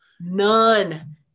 none